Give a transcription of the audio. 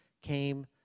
came